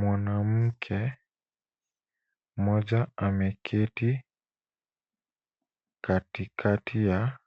Mwanamke mmoja ameketi katikati ya